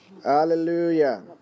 Hallelujah